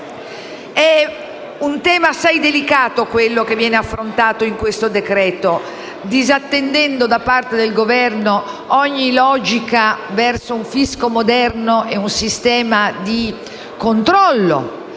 È un tema assai delicato quello che viene affrontato in questo decreto-legge, disattendendo, da parte del Governo, ogni logica verso un fisco moderno e un sistema di controllo